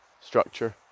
structure